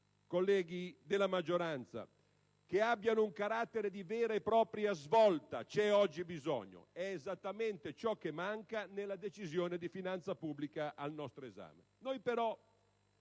colleghi della maggioranza, che abbiano un carattere di vera e propria svolta, c'è oggi bisogno. È esattamente ciò che manca nella Decisione di finanza pubblica al nostro esame. Noi però